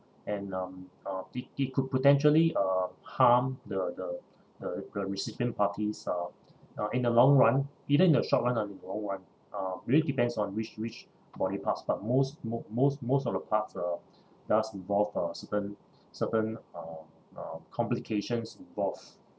and um um it it could potentially uh harm the the the the recipient parties uh uh in the long run either in the short run and or in the long run uh really depends on which which body parts but most mo~ most most of the parts uh does involve uh certain certain uh uh complications involved